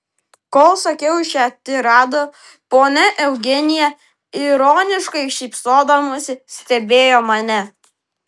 kol sakiau šią tiradą ponia eugenija ironiškai šypsodamasi stebėjo mane